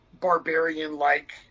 barbarian-like